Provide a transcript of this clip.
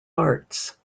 arts